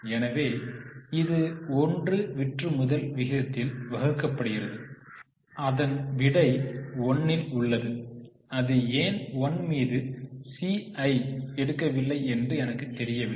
எனவே இது 1 விற்றுமுதல் விகிதத்தில் வகுக்கப்படுகிறது அதன் விடை 1 ல் உள்ளது அது ஏன் 1 மீது சி ஐ எடுக்கவில்லை என்று எனக்குத் தெரியவில்லை